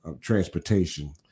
transportation